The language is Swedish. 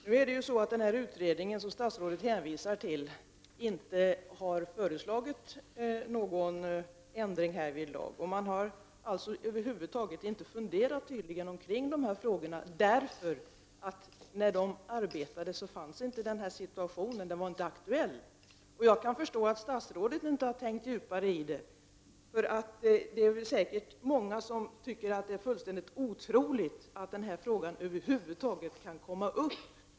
Herr talman! Den utredning som statsrådet hänvisar till har inte föreslagit någon ändring i detta avseende. Den har tydligen alltså över huvud taget inte funderat över dessa frågor, och det beror på att den nu aktuella situationen inte förelåg när utredningen arbetade. Jag kan också förstå att inte heller statsrådet har tänkt sig djupare in i den. Det finns säkerligen många som tycker att det är fullständigt otroligt att denna fråga över huvud taget kan komma upp.